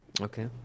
Okay